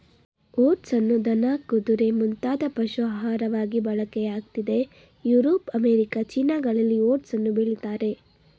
ಓಟ್ಸನ್ನು ದನ ಕುದುರೆ ಮುಂತಾದ ಪಶು ಆಹಾರವಾಗಿ ಬಳಕೆಯಾಗ್ತಿದೆ ಯುರೋಪ್ ಅಮೇರಿಕ ಚೀನಾಗಳಲ್ಲಿ ಓಟ್ಸನ್ನು ಬೆಳಿತಾರೆ